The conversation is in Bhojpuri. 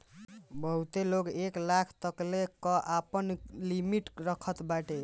बहुते लोग एक लाख तकले कअ आपन लिमिट रखत बाटे